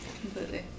Completely